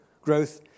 growth